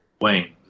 Wayne